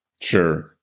Sure